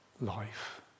Life